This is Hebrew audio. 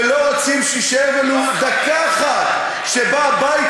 ולא רוצים שתישאר ולו דקה אחת שבה הבית